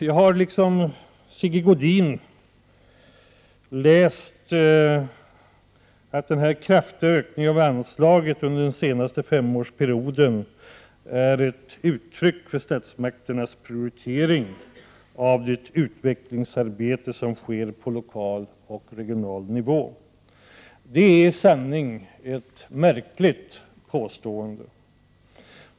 Jag, liksom Sigge Godin, har läst att denna kraftiga ökning av anslaget under den senaste femårsperioden är ett uttryck för statsmakternas prioritering av det utvecklingsarbete som sker på lokal och regional nivå. Det är i sanning ett märkligt påstående.